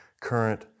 current